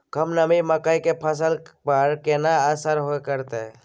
कम नमी मकई के फसल पर केना असर करतय?